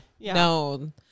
no